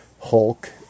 Hulk